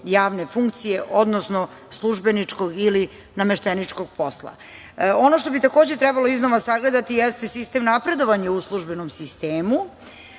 javne funkcije, odnosno službeničkog ili namešteničkog posla. Ono što bi, takođe, trebalo iznova sagledati, jeste sistem napredovanja u službenom sistemu.